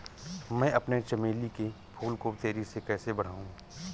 मैं अपने चमेली के फूल को तेजी से कैसे बढाऊं?